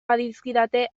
badizkidate